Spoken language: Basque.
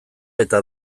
eta